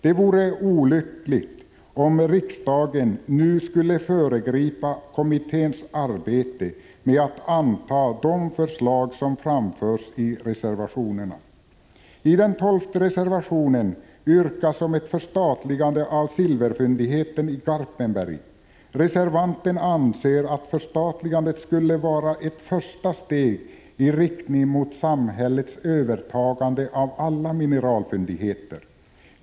Det vore olyckligt om riksdagen nu skulle föregripa kommitténs arbete med att anta de förslag som framförs i reservationerna. I reservation nr 12 yrkas på ett förstatligande av silverfyndigheten i Garpenberg. Reservanten anser att förstatligandet skulle vara ett första steg i riktning mot samhällets övertagande av alla mineralfyndigheter.